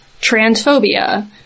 transphobia